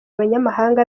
abanyamahanga